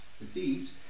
received